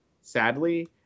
sadly